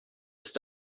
ist